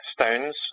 stones